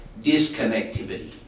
disconnectivity